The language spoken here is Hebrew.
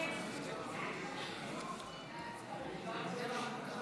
הצעת סיעת מרצ להביע